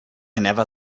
never